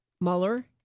Mueller